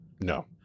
No